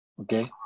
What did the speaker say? okay